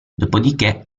dopodiché